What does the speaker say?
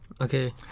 Okay